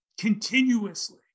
continuously